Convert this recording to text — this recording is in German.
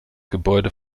gebäude